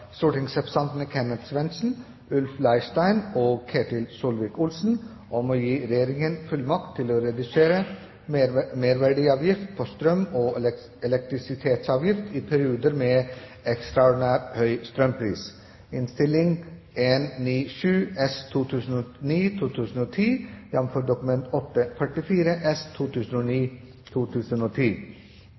fra Kenneth Svendsen, Ulf Leirstein og Ketil Solvik-Olsen om å gi Regjeringen fullmakt til å redusere merverdiavgift på strøm og elavgift i perioder med ekstraordinært høy strømpris. Som saksordfører vil jeg prøve å gå gjennom saken på en